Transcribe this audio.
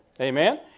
Amen